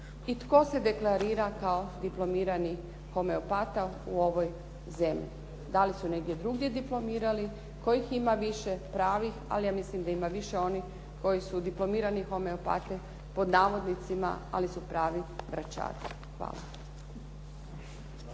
i tko se deklarira kao diplomirani homeopata u ovoj zemlji. Da li su negdje drugdje diplomirali? Tko ih ima više pravih ali ja mislim da ima više onih koji su diplomirani homeopate pod navodnicima ali su pravi vračari. Hvala.